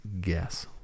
guess